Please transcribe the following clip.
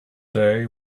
day